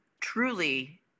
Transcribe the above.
truly